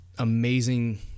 amazing